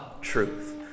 truth